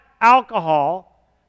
alcohol